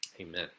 Amen